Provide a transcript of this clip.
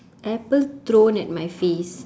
apple thrown at my face